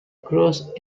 cross